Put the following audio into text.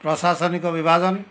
ପ୍ରଶାସନିକ ବିଭାଜନ